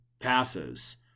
passes